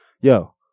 Yo